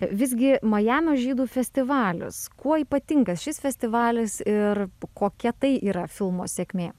visgi majamio žydų festivalis kuo ypatingas šis festivalis ir kokia tai yra filmo sėkmė